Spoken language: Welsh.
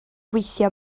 gweithio